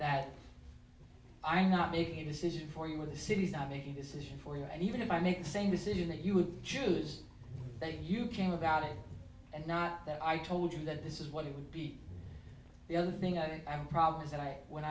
that i'm not making a decision for you or the city's not making decisions for you and even if i make the same decision that you would choose that you came about it and not that i told you that this is what it would be the other thing i think i have a problem is that i when